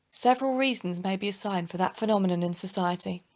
several reasons may be assigned for that phenomenon in society.